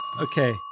Okay